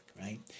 right